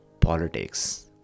politics